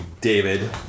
David